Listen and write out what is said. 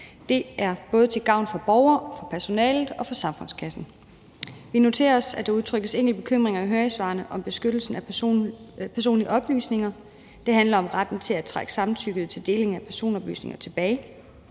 Det er både til gavn for borgerne, for personalet og for samfundskassen. Vi noterer os, at der udtrykkes bekymringer i høringssvarene om beskyttelsen af personlige oplysninger. Det handler om retten til at trække samtykket til deling af personoplysninger tilbage